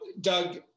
Doug